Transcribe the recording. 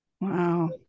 Wow